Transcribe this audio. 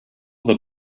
the